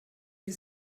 die